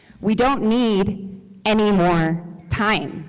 we don't need any more time.